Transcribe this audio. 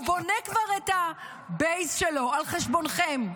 הוא כבר בונה את הבייס שלו על חשבונכם,